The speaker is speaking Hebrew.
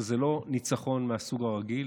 שזה לא ניצחון מהסוג הרגיל,